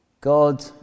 God